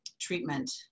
treatment